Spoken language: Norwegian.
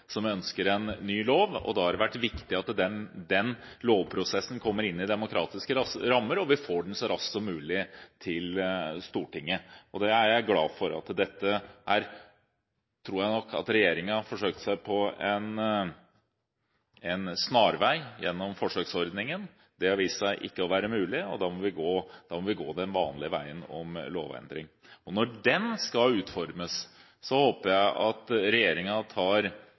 flertall som ønsker en ny lov, og da har det vært viktig at den lovprosessen kommer inn i demokratiske rammer, og at vi får den så raskt som mulig til Stortinget. Det er jeg glad for. Her tror jeg nok regjeringen har forsøkt seg på en snarvei gjennom forsøksordningen. Det har vist seg ikke å være mulig, og da må vi gå den vanlige veien om lovendring. Og når den skal utformes, håper jeg at regjeringen tar